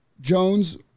Jones